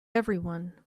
everyone